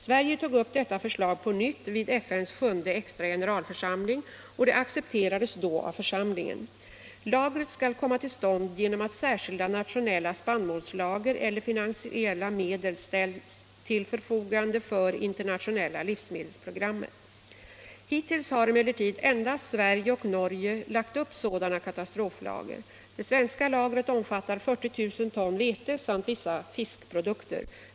Sverige tog upp detta förslag på nytt vid FN:s sjunde extra generalförsamling, och det accepterades då av församlingen. Lagret skall komma till stånd genom att särskilda nationella spannmålslager eller finansiella medel ställs till förfogande för internationella livsmedelsprogrammet. Hittills har emellertid endast Sverige och Norge lagt upp sådana katastroflager. Det svenska lagret omfattar 40 000 ton vete samt vissa fiskprodukter.